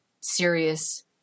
serious